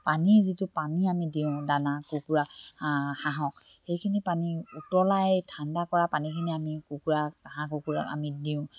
পানী যিটো পানী আমি দিওঁ দানা কুকুৰা হাঁহক সেইখিনি পানী উতলাই ঠাণ্ডা কৰা পানীখিনি আমি কুকুৰাক হাঁহ কুকুৰাক আমি দিওঁ